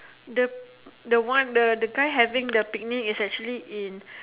the the one the the guy having the picnic is actually in